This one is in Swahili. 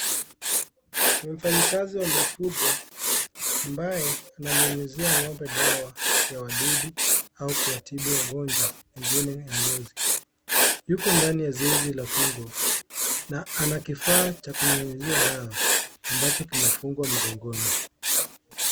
Ni mfanyakazi wa mifugo ambaye ananyunyuzia ng`ombe dawa ya wadudu au kuwatibu wagonjwa pengine ya ngozi. Yuko ndani ya zizi la fungo na ana kifaa cha kunyunyuzia dawa. Ambacho kimefungwa mgongoni.